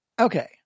Okay